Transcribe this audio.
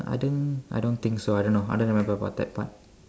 I think I don't think so I don't know remember what that's like